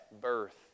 birth